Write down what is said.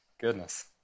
Goodness